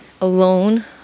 alone